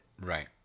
Right